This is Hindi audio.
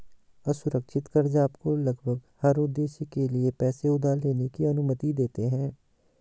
असुरक्षित कर्ज़ आपको लगभग हर उद्देश्य के लिए पैसे उधार लेने की अनुमति देते हैं